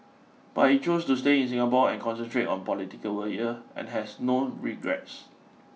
but he chose to stay in Singapore and concentrate on political work here and has no regrets